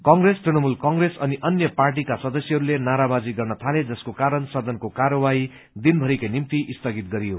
Congress Trinamool Congress अनि अन्य पार्टीका सदस्यहरूले नाराबाजी गर्न थाले जसको कारण सदनको कायवाही दिन भरिकै निम्ति स्थगित गरियो